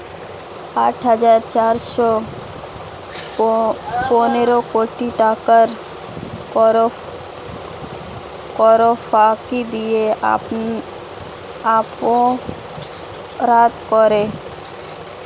আট হাজার চারশ পনেরো কোটি টাকার কর ফাঁকি দিয়ে অপরাধ করে